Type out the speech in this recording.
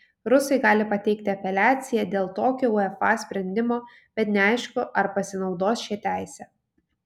rusai gali pateikti apeliaciją dėl tokio uefa sprendimo bet neaišku ar pasinaudos šia teise